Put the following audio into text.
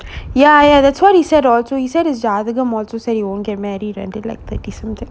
ya ya that's what he said or he said is ya athukam also said he won't get married until like thirty something